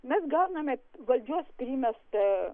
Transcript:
mes gauname valdžios primestą